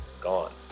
gone